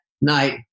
night